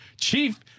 chief